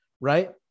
right